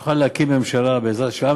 שנוכל להקים ממשלה, בעזרת השם.